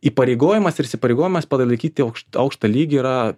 įpareigojimas ir įsipareigojimas palaikyti aukštą aukštą lygį yra